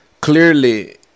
Clearly